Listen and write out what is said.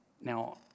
Now